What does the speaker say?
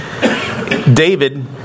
David